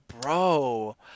bro